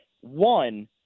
One –